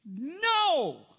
No